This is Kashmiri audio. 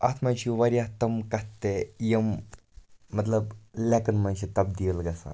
اَتھ منٛز چھِ واریاہ تِم کَتھٕ تِہ یِم مطلب لؠکَن منٛز چھِ تَبدیٖل گَژھان